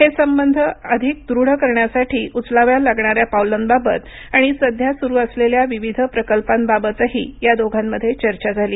हे संबंध अधिक दृढ करण्यासाठी उचलाव्या लागणाऱ्या पावलांबाबत आणि सध्या सुरू असलेल्या विविध प्रकल्पांबाबतही या दोघांमध्ये चर्चा झाली